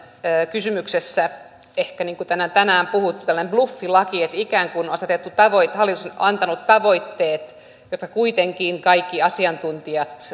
kysymyksessä ehkä niin kuin täällä on tänään puhuttu tällainen bluffilaki siinä mielessä että ikään kuin hallitus on antanut tavoitteet joista kuitenkin kaikki asiantuntijat